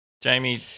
Jamie